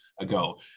ago